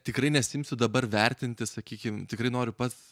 tikrai nesiimsiu dabar vertinti sakykim tikrai noriu pats